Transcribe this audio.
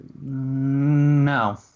no